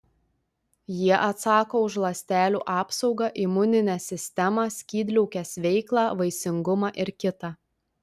jie atsako už ląstelių apsaugą imuninę sistemą skydliaukės veiklą vaisingumą ir kita